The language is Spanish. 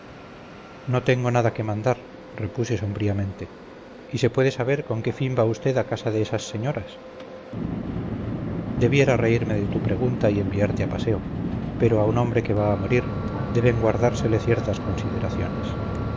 no tengo nada que mandar repuse sombríamente y se puede saber con qué fin va usted a casa de esas señoras debiera reírme de tu pregunta y enviarte a paseo pero a un hombre que va a morir deben guardársele ciertas consideraciones